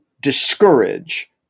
discourage